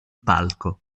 palco